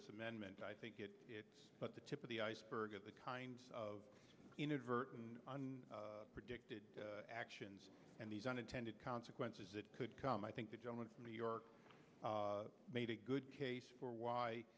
his amendment i think it is but the tip of the iceberg of the kinds of inadvertent on predicted actions and these unintended consequences that could come i think the gentleman in new york made a good case for why